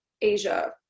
Asia